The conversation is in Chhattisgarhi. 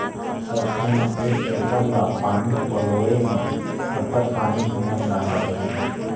सरसों म एक एकड़ ला पानी पलोए म कतक पानी हमन ला लगही?